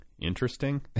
interesting